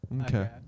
Okay